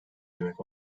demek